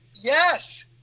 yes